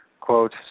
quote